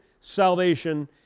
salvation